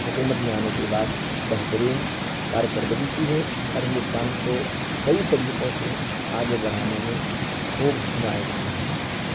حکومت میں آنے کے بعد بہترین کار کردگی کی ہے اور ہندوستان کو کئی طریقوں سے آگے بڑھانے میں خوب حمایت کی ہے